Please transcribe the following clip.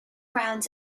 rounds